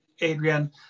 Adrian